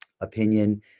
opinion